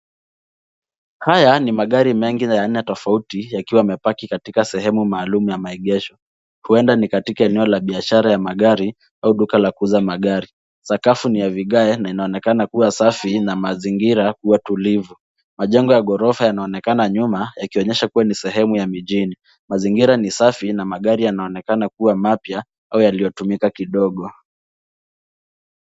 Haya ni magari mengi ya aina tofauti yakiwa yamepaki katika sehemu maalum ya maegesho. Huenda ni katika eneo la biashara ya magari au duka la kuza magari. Sakafu ni ya vigae na inaonekana kuwa safi na mazingira kuwa tulivu. Majengo ya ghorofa yanaonekana nyuma yakionyesha kuwa ni sehemu ya mijini. Mazingira ni safi na magari yanaonekana kuwa mapya au yaliyotumika kidogo.